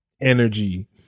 energy